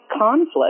conflict